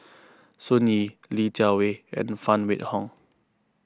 Sun Yee Li Jiawei and Phan Wait Hong